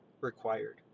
required